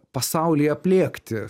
pasaulį aplėkti